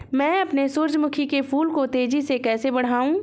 मैं अपने सूरजमुखी के फूल को तेजी से कैसे बढाऊं?